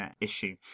issue